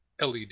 LED